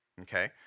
Okay